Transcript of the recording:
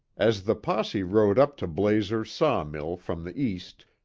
as the posse rode up to blazer's saw mill from the east,